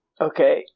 Okay